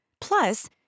Plus